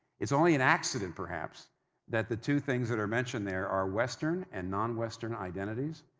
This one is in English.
it's only an accident perhaps that the two things that are mentioned there are western and non-western identities,